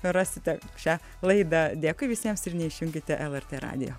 rasite šią laidą dėkui visiems ir neišjunkite lrt radijo